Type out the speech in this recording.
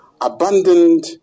abandoned